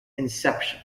inception